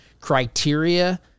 criteria